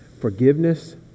Forgiveness